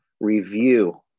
review